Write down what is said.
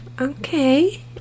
okay